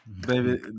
Baby